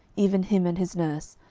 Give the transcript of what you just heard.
even him and his nurse,